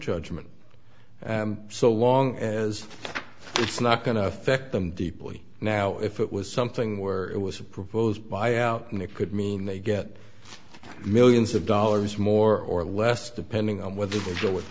judgment and so long as it's not going to affect them deeply now if it was something where it was a proposed by out and it could mean they get millions of dollars more or less depending on whether the